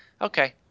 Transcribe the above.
okay